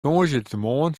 tongersdeitemoarn